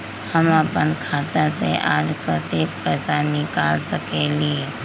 हम अपन खाता से आज कतेक पैसा निकाल सकेली?